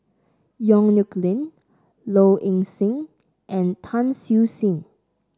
Yong Nyuk Lin Low Ing Sing and Tan Siew Sin